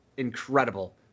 incredible